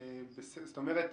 זאת אומרת,